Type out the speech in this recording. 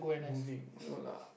moving no lah